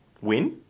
win